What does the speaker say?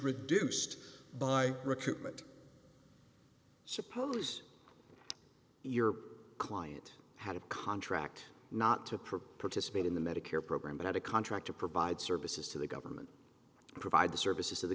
reduced by recruitment suppose your client had a contract not to participate in the medicare program but had a contract to provide services to the government provide the services to the